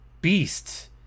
beast